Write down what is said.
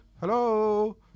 Hello